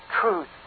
truth